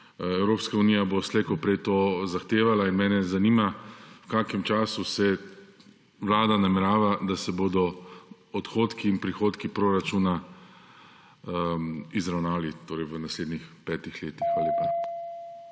Evropska unija bo slej ko prej to zahtevala. Mene zanima: V kakem času namerava Vlada, da se bodo odhodki in prihodki proračuna izravnali v naslednjih petih letih? Hvala lepa.